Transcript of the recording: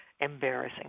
embarrassing